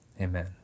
Amen